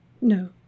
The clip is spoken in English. No